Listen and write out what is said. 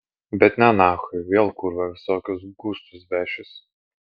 bet ne nachui vėl kurva visokius gustus vešis